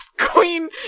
Queen